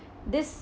this